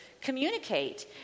communicate